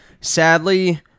Sadly